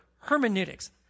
hermeneutics